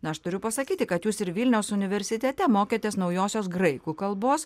na aš turiu pasakyti kad jūs ir vilniaus universitete mokėtės naujosios graikų kalbos